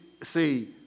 See